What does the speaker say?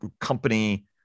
company